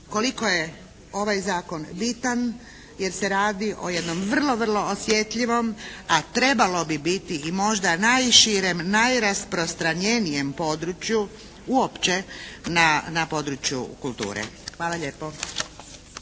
koliko je ovaj zakon bitan, jer se radi o jednom vrlo, vrlo osjetljivom, a trebalo bi biti i možda najširem, najrasprostranjenijem području uopće na području kulture. Hvala lijepo.